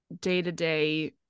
day-to-day